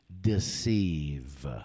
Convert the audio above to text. deceive